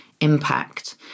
impact